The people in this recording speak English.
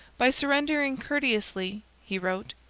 by surrendering courteously he wrote,